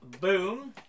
boom